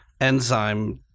enzyme